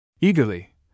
Eagerly